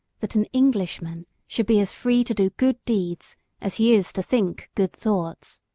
that an englishman should be as free to do good deeds as he is to think good thoughts.